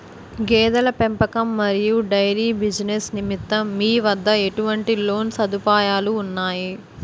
గేదెల పెంపకం మరియు డైరీ బిజినెస్ నిమిత్తం మీ వద్ద ఎటువంటి లోన్ సదుపాయాలు ఉన్నాయి?